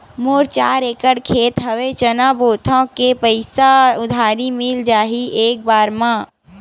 मोर चार एकड़ खेत हवे चना बोथव के पईसा उधारी मिल जाही एक बार मा?